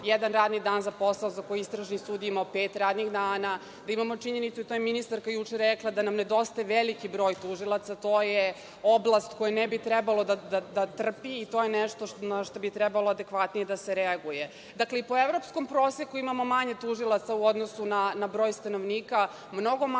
jedan radni dan za posao koji istražni sudija je imao pet radnih dana, da imamo činjenicu a to je ministarka juče rekla, da nam nedostaje veliki broj tužilaca. To je oblast koja ne bi trebala da trpi i to je nešto na šta bi trebalo adekvatno da se reaguje. Dakle, po evropskom proseku imamo manje tužilaca u odnosu na broj stanovnika, mnogo manje